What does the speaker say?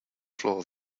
floor